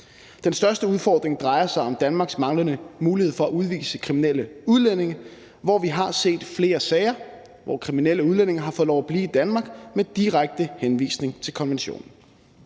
Den største udfordring drejer sig om Danmarks manglende mulighed for at udvise kriminelle udlændinge, hvor vi har set flere sager, hvor kriminelle udlændinge har fået lov at blive i Danmark med direkte henvisning til konventionen.